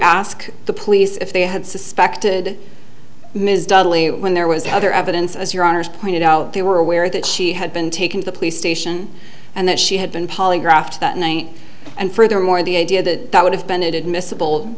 ask the police if they had suspected ms dudley when there was other evidence as your honour's pointed out they were aware that she had been taken to the police station and that she had been polygraphed that night and furthermore the idea that that would have been admissible